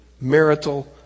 marital